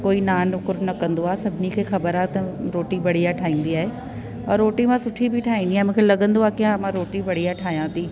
कोई ना नुकुर न कंदो आहे सभिनी खे ख़बर आ्हे त रोटी बढ़िया ठाहींदी आहे ओर रोटी मां सुठी बि ठाहींदी आहियां मूंखे लॻंदो आहे की हाणे मां रोटी बढ़िया ठाहियां थी